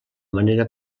manera